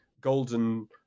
golden